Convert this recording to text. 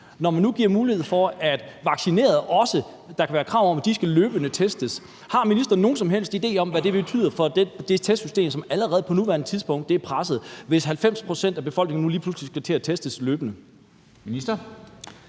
ville være for testsystemet, når der kan være krav om, at vaccinerede løbende skal testes? Har ministeren nogen som helst idé om, hvad det betyder for det testsystem, som allerede på nuværende tidspunkt er presset, hvis 90 pct. af befolkningen nu lige pludselig skal til at testes løbende? Kl.